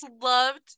loved